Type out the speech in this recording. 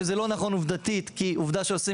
שזה לא נכון עובדתית כי עובדה שעושים